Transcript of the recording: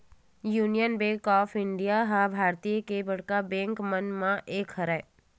union bank of India ह भारतीय के बड़का बेंक मन म एक हरय